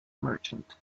merchant